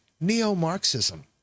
neo-Marxism